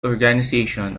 organization